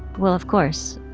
well, of course.